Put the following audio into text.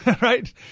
Right